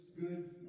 good